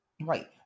Right